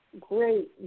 great